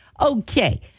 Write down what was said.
Okay